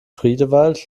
friedewald